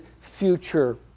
future